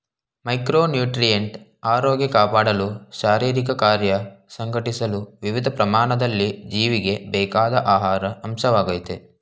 micronutrient ಆರೋಗ್ಯ ಕಾಪಾಡಲು ಶಾರೀರಿಕಕಾರ್ಯ ಸಂಘಟಿಸಲು ವಿವಿಧ ಪ್ರಮಾಣದಲ್ಲಿ ಜೀವಿಗೆ ಬೇಕಾದ ಆಹಾರ ಅಂಶವಾಗಯ್ತೆ